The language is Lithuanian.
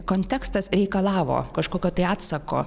kontekstas reikalavo kažkokio tai atsako